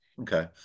Okay